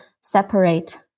separate